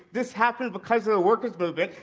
this happened because of the workers movement.